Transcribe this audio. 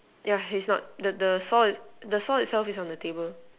yeah he's not the the fault itself is on the table